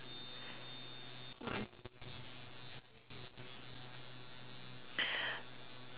hmm